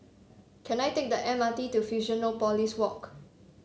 can I take the M R T to Fusionopolis Walk